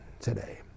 today